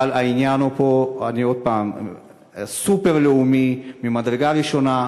אבל העניין פה הוא סופר-לאומי, ממדרגה ראשונה.